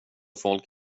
folk